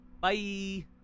Bye